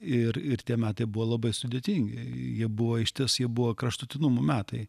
ir ir tie metai buvo labai sudėtingi jie buvo išties jie buvo kraštutinumų metai